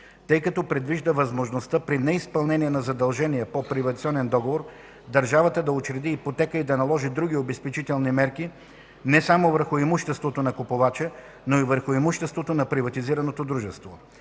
тъй като предвижда възможността при неизпълнение на задълженията по приватизационен договор държавата да учреди ипотека и да наложи други обезпечителни мерки, не само върху имуществото на купувача, но и върху имуществото на приватизираното дружество.